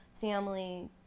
family